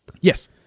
Yes